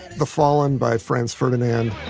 the fallen by franz ferdinand